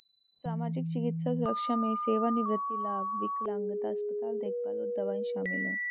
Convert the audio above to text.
सामाजिक, चिकित्सा सुरक्षा में सेवानिवृत्ति लाभ, विकलांगता, अस्पताल देखभाल और दवाएं शामिल हैं